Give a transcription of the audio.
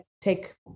take